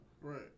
right